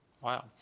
Wow